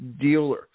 dealer